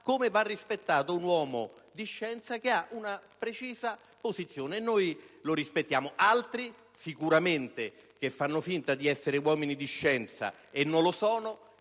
come va rispettato un uomo di scienza che ha una sua precisa posizione che noi rispettiamo. Altri, che fanno finta di essere uomini di scienza e invece non